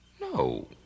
No